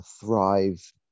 thrive